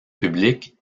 public